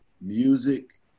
music